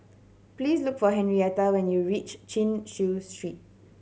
please look for Henrietta when you reach Chin Chew Street